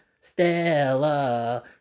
Stella